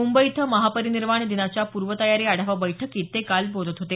मुंबई इथं महापरिनिर्वाण दिनाच्या पूर्वतयारी आढावा बैठकीत ते काल बोलत होते